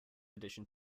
addition